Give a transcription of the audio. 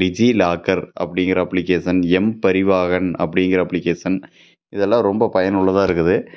டிஜி locker அப்படிங்கிற application M Parivahan அப்படிங்கிற application இதெல்லாம் ரொம்ப பயனுள்ளதாக இருக்குது